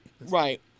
Right